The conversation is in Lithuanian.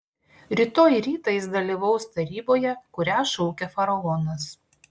rytoj rytą jis dalyvaus taryboje kurią šaukia faraonas